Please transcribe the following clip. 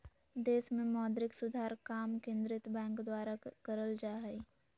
देश मे मौद्रिक सुधार काम केंद्रीय बैंक द्वारा करल जा हय